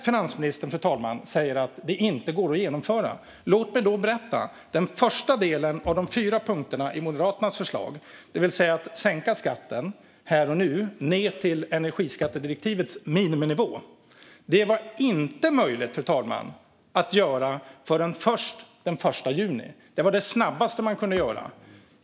Finansministern säger att detta inte går att genomföra. Låt mig då berätta hur det gått med den första av de fyra punkterna i Moderaternas förslag, det vill säga att sänka skatten här och nu ned till energiskattedirektivets miniminivå. Det var inte möjligt att göra det förrän först den 1 juni, fick vi veta, fru talman. Det var det snabbaste möjliga.